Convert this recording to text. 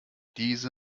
diese